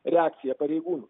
reakcija pareigūnų